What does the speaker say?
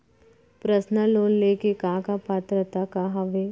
Personal loan ले के का का पात्रता का हवय?